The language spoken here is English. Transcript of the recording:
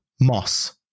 Moss